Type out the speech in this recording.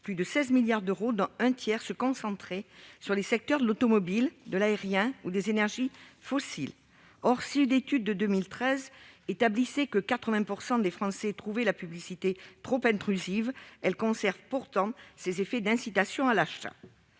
plus de 16 milliards d'euros, dont un tiers se concentrait sur les secteurs de l'automobile, du transport aérien et des énergies fossiles. Or, si une étude de 2013 établissait que 80 % des Français trouvaient la publicité trop intrusive, celle-ci conserve pourtant ses effets d'incitation à l'achat.